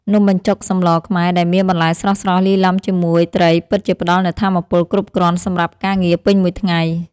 នំបញ្ចុកសម្លខ្មែរដែលមានបន្លែស្រស់ៗលាយឡំជាមួយត្រីពិតជាផ្ដល់នូវថាមពលគ្រប់គ្រាន់សម្រាប់ការងារពេញមួយថ្ងៃ។